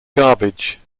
garbage